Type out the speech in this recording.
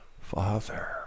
Father